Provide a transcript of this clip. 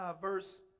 verse